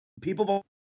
people